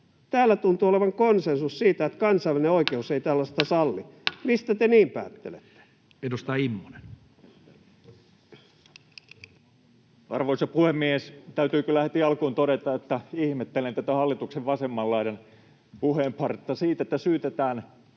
Täällä tuntuu olevan konsensus siitä, että kansainvälinen oikeus ei tällaista salli. Mistä te niin päättelette? Edustaja Immonen. Arvoisa puhemies! Täytyy kyllä heti alkuun todeta, että ihmettelen tätä hallituksen vasemman laidan puheenpartta siitä, että syytetään